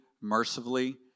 mercifully